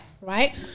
right